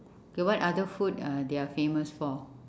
okay what other food uh they are famous for